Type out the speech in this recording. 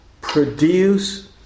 produce